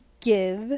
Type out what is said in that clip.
give